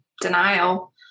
denial